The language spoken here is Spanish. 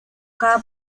cada